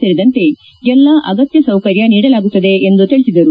ಸೇರಿದಂತೆ ಎಲ್ಲ ಅಗತ್ತ ಸೌಕರ್ಯ ನೀಡಲಾಗುತ್ತದೆ ಎಂದು ತಿಳಿಸಿದರು